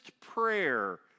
prayer